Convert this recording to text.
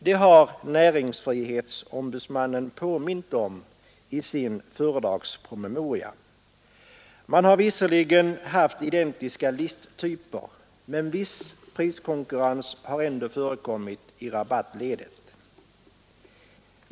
Det har näringsfrihetsmannen påmint om i sin föredragspromemoria. Man har visserligen haft identiska listtyper. men viss priskonkurrens har ändå förekommit i rabattledet.